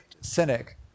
cynic